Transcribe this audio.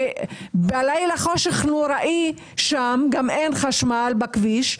כי בלילה יש שם חושך נוראי ואין חשמל בכביש,